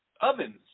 ovens